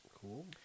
cool